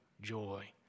joy